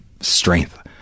strength